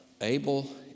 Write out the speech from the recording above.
Abel